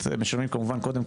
קודם כול,